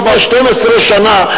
לפני 12 שנה,